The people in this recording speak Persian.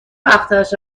وقتش